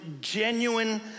genuine